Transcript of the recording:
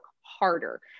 harder